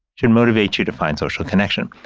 should motivate you to find social connection.